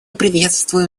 приветствуем